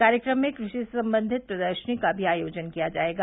कार्यक्रम में कृषि से संबंधित प्रदर्शनी का भी आयोजन किया जायेगा